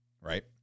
right